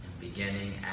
beginning